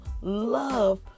love